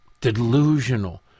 Delusional